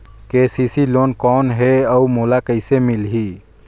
KCC loan कौन हे अउ मोला कइसे मिलही?